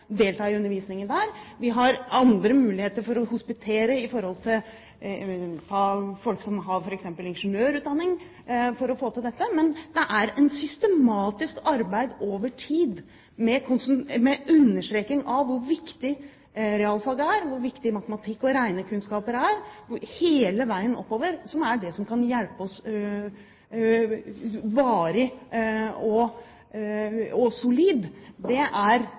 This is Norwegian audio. delta i undervisningen der. Vi har andre muligheter for å få til dette, f.eks. kan folk som har ingeniørutdanning, hospitere. Men det er et systematisk arbeid over tid med understreking av hvor viktig realfag er, hvor viktig matematikk og regnekunnskaper er, hele veien oppover som er det som kan hjelpe oss varig og solid – ikke små innfall nå og da. Det